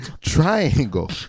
Triangle